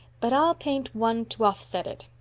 but i'll paint one to offset it.